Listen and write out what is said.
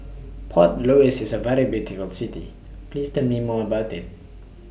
Port Louis IS A very beautiful City Please Tell Me More about IT